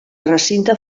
recinte